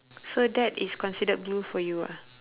so that is considered blue for you ah